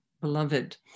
beloved